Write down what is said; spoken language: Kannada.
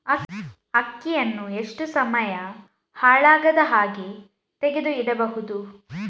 ಅಕ್ಕಿಯನ್ನು ಎಷ್ಟು ಸಮಯ ಹಾಳಾಗದಹಾಗೆ ತೆಗೆದು ಇಡಬಹುದು?